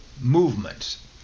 movements